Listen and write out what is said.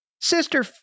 Sister